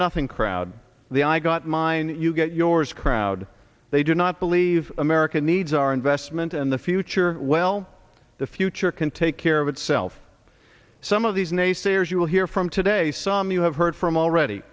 nothing crowd the i got mine you get yours crowd they do not believe america needs our investment in the future well the future can take care of itself some of these naysayers you will hear from today some you have heard from already